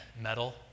medal